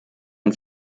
ein